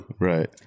right